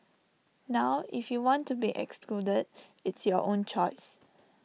now if you want to be excluded it's your own choice